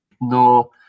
no